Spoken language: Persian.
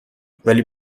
ولی